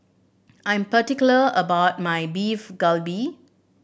I'm particular about my Beef Galbi